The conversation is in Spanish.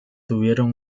tuvieron